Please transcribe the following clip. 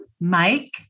Mike